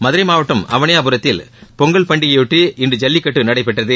மதுரை மாவட்டம் அவளியாபுரத்தில் பொங்கல் பண்டிகையையொட்டி இன்று ஜல்லிக்கட்டு நடைபெற்றது